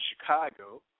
Chicago